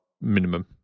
minimum